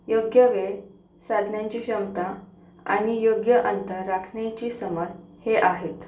योग्य वेळ साधण्याची क्षमता आणि योग्य अंतर राखण्याची समज हे आहेत